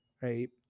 right